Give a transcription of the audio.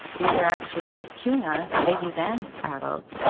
these are actually cueing us, babies and adults,